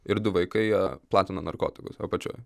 ir du vaikai jie platino narkotikus apačioj